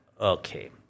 okay